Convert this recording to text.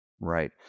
Right